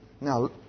Now